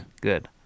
Good